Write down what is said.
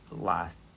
last